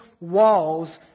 walls